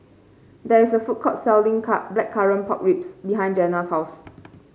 there is a food court selling Blackcurrant Pork Ribs behind Jena's house